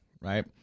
right